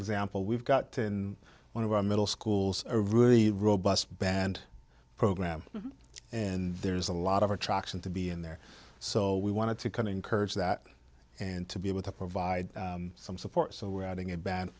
example we've got to in one of our middle schools a really robust band program and there's a lot of attraction to be in there so we wanted to kind of encourage that and to be able to provide some support so we're adding a ba